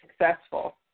successful